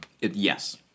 Yes